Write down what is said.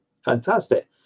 Fantastic